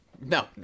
No